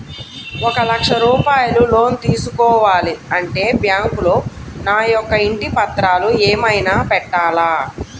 ఒక లక్ష రూపాయలు లోన్ తీసుకోవాలి అంటే బ్యాంకులో నా యొక్క ఇంటి పత్రాలు ఏమైనా పెట్టాలా?